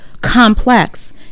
complex